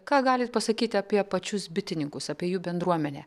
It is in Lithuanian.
ką galit pasakyti apie pačius bitininkus apie jų bendruomenę